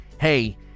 hey